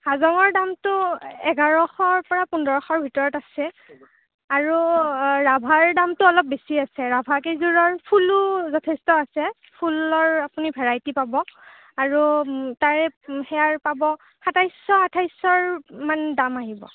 হাজঙৰ দামটো এঘাৰশৰপৰা পোন্ধৰশৰ ভিতৰত আছে আৰু ৰাভাৰ দামটো অলপ বেছি আছে ৰাভা কেইযোৰৰ ফুলো যথেষ্ট আছে ফুলৰ আপুনি ভেৰাইটি পাব আৰু তাৰে সেয়াৰ পাব সাতাইছশ আঠাইছশৰ মানে দাম আহিব